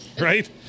right